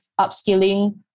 upskilling